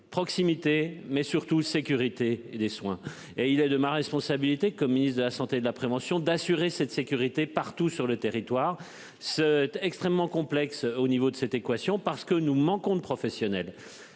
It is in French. proximité mais surtout sécurité des soins et il est de ma responsabilité comme ministre de la Santé de la prévention d'assurer cette sécurité partout sur le territoire ce extrêmement complexe au niveau de cette équation parce que nous manquons de professionnels.